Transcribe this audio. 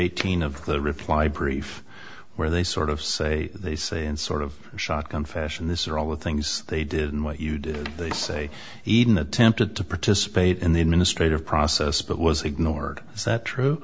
eighteen of the reply brief where they sort of say they say and sort of shotgun fashion this are all the things they did and what you did they say even attempted to participate in the administrative process but was ignored is that true